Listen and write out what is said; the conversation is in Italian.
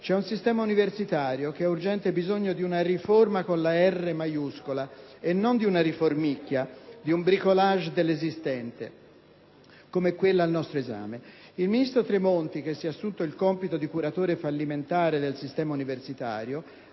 c'è un sistema universitario che ha urgente bisogno di una riforma con la R maiuscola, e non di una riformicchia, di un *bricolage* dell'esistente, come quella al nostro esame. Il ministro Tremonti, che si è assunto il compito di curatore fallimentare del sistema universitario,